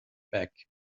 back